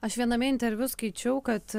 aš viename interviu skaičiau kad